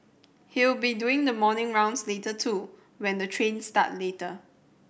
he'll be doing the morning rounds later too when the trains start later